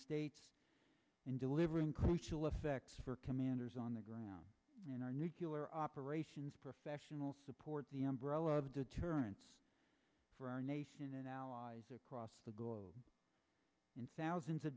states and delivering crucial effects for commanders on the ground and our nucular operations professional support the umbrella of deterrence for our nation and allies across the girl in two thousand